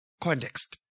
context